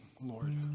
Lord